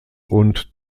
und